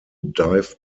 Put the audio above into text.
dive